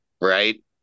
Right